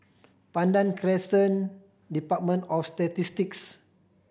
Pandan Crescent Department of Statistics